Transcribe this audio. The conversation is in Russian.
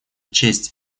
честь